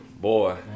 boy